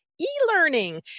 E-learning